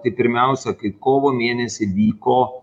tai pirmiausia kaip kovo mėnesį vyko